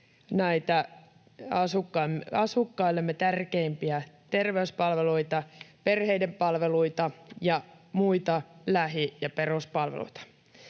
asukkaillemme tärkeimpiä terveyspalveluita, perheiden palveluita ja muita lähi- ja peruspalveluita.